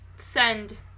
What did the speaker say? send